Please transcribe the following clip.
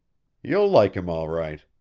you'll like him all right.